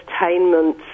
entertainment